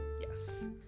Yes